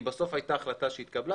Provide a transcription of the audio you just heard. כי בסוף היתה החלטה שהתקבלה,